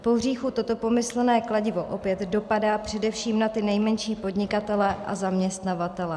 Pohříchu toto pomyslné kladivo opět dopadá především na ty nejmenší podnikatele a zaměstnavatele.